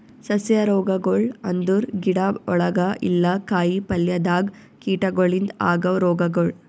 ಸಸ್ಯ ರೋಗಗೊಳ್ ಅಂದುರ್ ಗಿಡ ಒಳಗ ಇಲ್ಲಾ ಕಾಯಿ ಪಲ್ಯದಾಗ್ ಕೀಟಗೊಳಿಂದ್ ಆಗವ್ ರೋಗಗೊಳ್